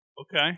Okay